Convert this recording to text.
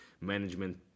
management